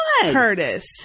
curtis